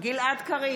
גלעד קריב,